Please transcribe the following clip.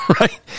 right